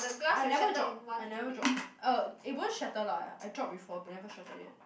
I never drop I never drop oh it won't shatter lah I drop before it never shatter yet